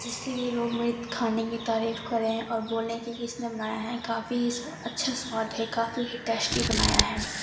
جس سے یہ لوگ میرے کھانے کی تعریف کریں اور بولیں کہ کس نے بنایا ہے کافی اچھا سواد ہے کافی ہی ٹیسٹی بنایا ہے